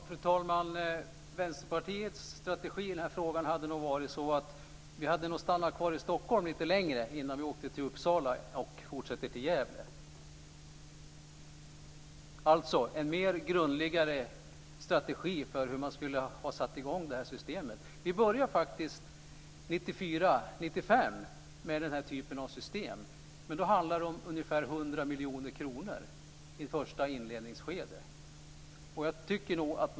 Fru talman! Vänsterpartiets strategi i frågan hade nog varit att stanna kvar i Stockholm lite längre innan vi åkte till Uppsala och fortsatte till Gävle. Vi skulle alltså ha haft en mer grundläggande strategi för hur man skulle ha satt i gång systemet. Vi började faktiskt 1994-1995 med den här typen av system, men då handlade det om ungefär 100 miljoner kronor i ett första inledningsskede.